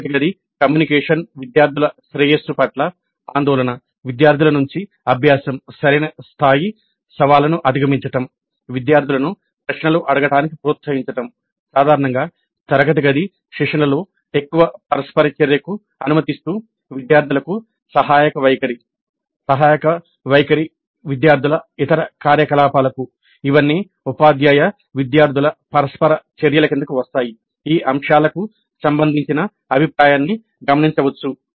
తరగతి గది కమ్యూనికేషన్ విద్యార్థుల శ్రేయస్సు పట్ల ఆందోళన విద్యార్థుల మంచి అభ్యాసం సరైన స్థాయి సవాళ్లను అందించడం విద్యార్థులను ప్రశ్నలు అడగడానికి ప్రోత్సహించడం సాధారణంగా తరగతి గది సెషన్లలో ఎక్కువ పరస్పర చర్యకు అనుమతిస్తూ విద్యార్థులకు సహాయక వైఖరి సహాయక వైఖరి విద్యార్థుల ఇతర కార్యకలాపాలకు ఇవన్నీ ఉపాధ్యాయ విద్యార్థుల పరస్పర చర్యల క్రిందకు వస్తాయి ఈ అంశాలకు సంబంధించిన అభిప్రాయాన్ని గమనించవచ్చు